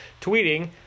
Tweeting